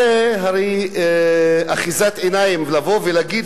זו הרי אחיזת עיניים לבוא ולהגיד